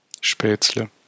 Spätzle